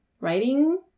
writing